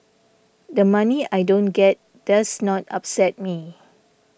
the money I don't get does not upset me